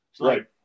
Right